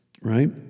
Right